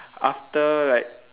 after like